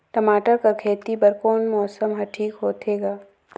टमाटर कर खेती बर कोन मौसम हर ठीक होथे ग?